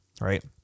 right